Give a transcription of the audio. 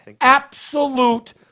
Absolute